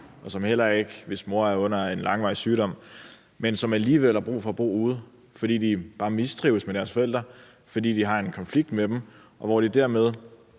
og som heller ikke har en mor med en langvarig sygdom, men som alligevel har brug for at bo ude, fordi de bare mistrives med deres forældre, fordi de har en konflikt med dem, og hvor de dermed